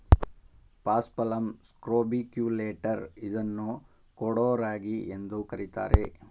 paspalum scrobiculatum ಇದನ್ನು ಕೊಡೋ ರಾಗಿ ಎಂದು ಕರಿತಾರೆ